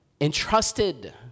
entrusted